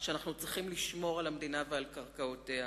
שאנחנו צריכים לשמור על המדינה ועל קרקעותיה.